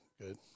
good